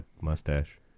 mustache